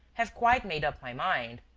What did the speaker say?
have quite made up my mind.